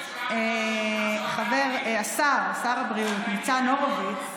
חברי שר הבריאות ניצן הורוביץ.